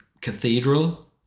cathedral